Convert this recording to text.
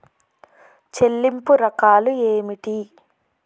చెల్లింపు రకాలు ఏమిటి?